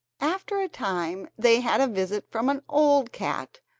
after a time they had a visit from an old cat,